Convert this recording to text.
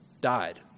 died